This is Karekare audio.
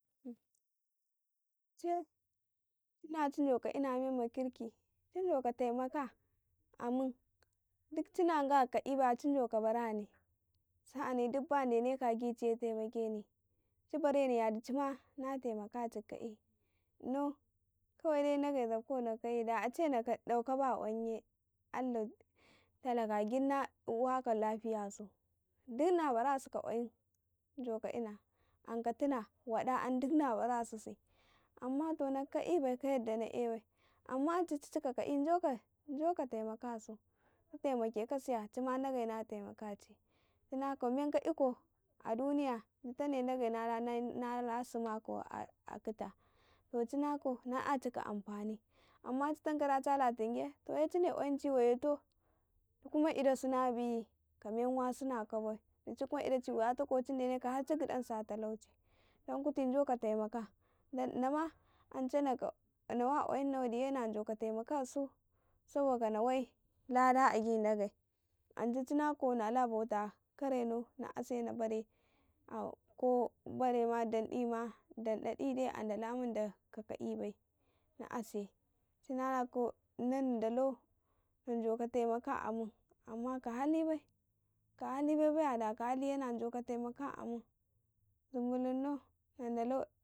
﻿Ance, cina ci jauka ina memma kirki ci jauka temaka a mun duk cina nganka ibaya ci jauka barani sa'ani gid ba da neka a gichiye temakeni ci barmi dichma na temeka ke ka ka'i do dagai dage zabkau nakayi dache naka dauka ba kwayin ye dage allah talaka gid na waka mafiyasu gid na barasuka kwayin joka ina, anka tuna waɗa an na bara susi a to naka ka'i kamandi na e bai amman dichchi chika ka'i jo ka temakasu chi temeke kasu ya chima ndagai na temakaci dutane dage nala nayin nasi makau na yaci ka amman ci tanka da chala ting kwayinci waye to kuma idasu na biyi ka men wasunska bai di ci kma idaci wayatakau ci deneke har ci gɗansu a taalauci dan kuti joka te maka, inama ance naka inawa kwayinnau na joka temakasu saboka nawai lada a gi degai, ance ci nakau nala bauta kare hnau na ase na bare, ko bare ma dan ɗima bare a dala mandi kaka'i bai na ase ci nana kau inau ndalau najauka temaka amun dugo ka hali bai ka hali bai ya ba na joka temoka a maun zumrbulum nau nan dalau.